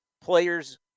players